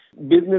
Business